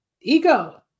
ego